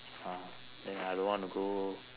ah then I don't want to go